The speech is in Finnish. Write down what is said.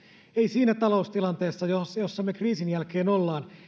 ei siinä taloustilanteessa jossa me kriisin jälkeen